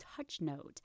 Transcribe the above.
TouchNote